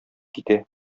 китә